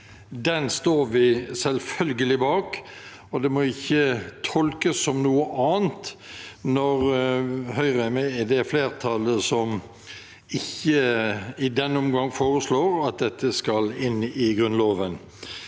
Den står vi selvfølgelig bak, og det må ikke tolkes som noe annet når Høyre er med i det flertallet som ikke i denne omgang foreslår at dette skal inn i Grunnloven.